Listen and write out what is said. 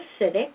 acidic